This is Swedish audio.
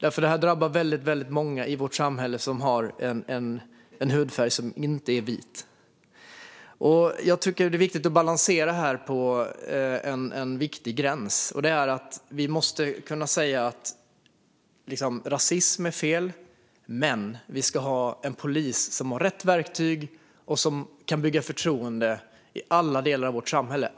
Det här drabbar väldigt många i vårt samhälle som har en hudfärg som inte är vit. Jag tycker att det är viktigt att balansera detta på rätt sida av en gräns. Vi måste kunna säga att rasism är fel men också att vi ska ha en polis som har rätt verktyg och som kan bygga förtroende i alla delar av vårt samhälle.